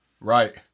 Right